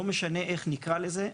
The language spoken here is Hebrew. לא משנה איך נקרא לזה.